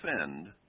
offend